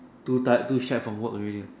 too die too shag from work already